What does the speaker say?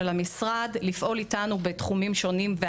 המשרד לפעול איתנו בתחומים שונים נפגעים,